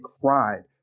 cried